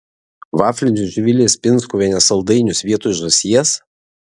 vaflinius živilės pinskuvienės saldainius vietoj žąsies